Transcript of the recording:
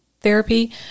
therapy